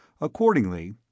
Accordingly